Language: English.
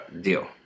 deal